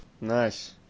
Nice